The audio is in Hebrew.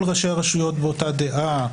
כל ראשי הרשויות באותה דעה,